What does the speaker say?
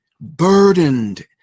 burdened